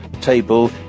table